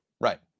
Right